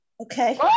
Okay